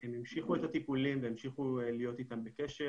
הם המשיכו את הטיפולים והמשיכו להיות איתם בקשר.